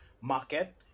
market